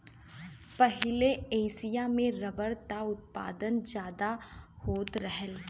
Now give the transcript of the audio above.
पहिले एसिया में रबर क उत्पादन जादा होत रहल